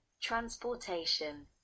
transportation